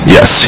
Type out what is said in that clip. Yes